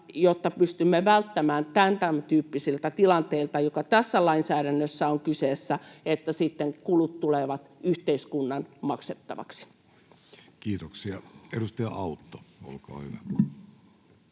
jotta pystymme välttymään tämäntyyppisiltä tilanteilta, joka tässä lainsäädännössä on kyseessä, että sitten kulut tulevat yhteiskunnan maksettaviksi. [Speech 113] Speaker: